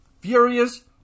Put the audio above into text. furious